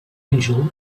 angel